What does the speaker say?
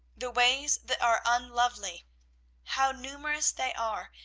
the ways that are unlovely how numerous they are,